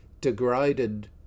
degraded